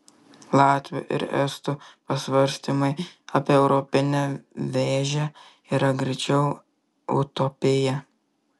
latvių ir estų pasvarstymai apie europinę vėžę yra greičiau utopija